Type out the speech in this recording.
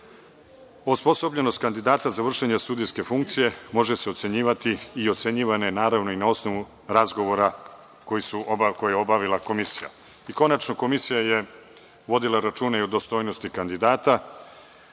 Osposobljenost kandidata za vršenje sudijske funkcije može se ocenjivati i ocenjivana je, naravno, i na osnovu razgovora koje je obavila komisija. Konačno, komisija je vodila računa i o dostojnosti kandidata,